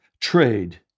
trade